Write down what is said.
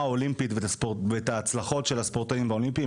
האולימפית ואת ההצלחות של הספורטאים האולימפיים,